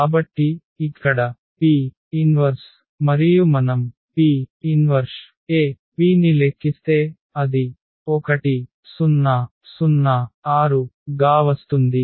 కాబట్టి ఇక్కడ P 1 మరియు మనం P 1AP ని లెక్కిస్తే అది 1 0 0 6 గా వస్తుంది